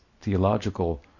theological